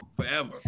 forever